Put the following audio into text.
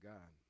God